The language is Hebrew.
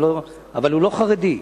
אבל הוא לא חרדי.